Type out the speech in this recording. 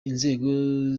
inzego